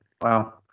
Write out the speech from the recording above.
Wow